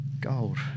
gold